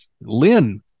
Lynn